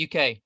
UK